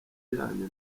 bijanye